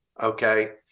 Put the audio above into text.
okay